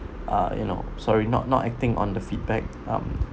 uh you know sorry not not acting on the feedback um